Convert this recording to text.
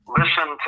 listen